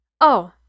Oh